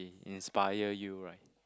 inspire you right